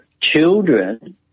children